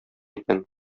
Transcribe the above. икән